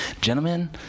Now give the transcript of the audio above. gentlemen